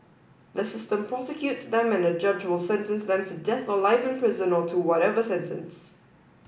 the system prosecutes them and a judge will sentence them to death or life in prison or to whatever sentence